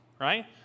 right